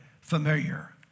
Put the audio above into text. familiar